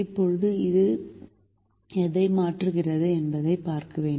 இப்போது அது எதை மாற்றுகிறது என்பதைப் பார்க்க வேண்டும்